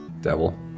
Devil